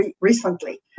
recently